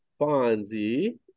Fonzie